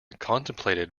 contemplated